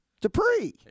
Dupree